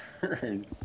turn